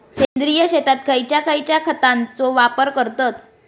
सेंद्रिय शेतात खयच्या खयच्या खतांचो वापर करतत?